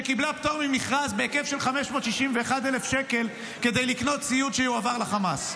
שקיבלה פטור ממכרז בהיקף של 561,000 שקל כדי לקנות ציוד שיועבר לחמאס,